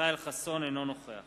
אינו נוכח